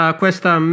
questa